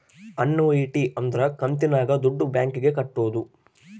annuity ಅಂದ್ರ ಕಂತಿನಾಗ ದುಡ್ಡು ಬ್ಯಾಂಕ್ ಗೆ ಕಟ್ಟೋದು